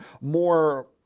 more